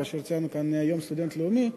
כאשר ציינו כאן את יום הסטודנט הלאומי,